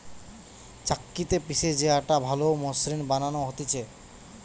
চাক্কিতে পিষে যে আটা ভালো মসৃণ বানানো হতিছে